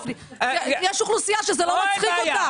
יש אוכלוסייה שזה לא מצחיק אותה.